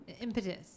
Impetus